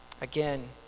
again